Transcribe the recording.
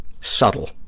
subtle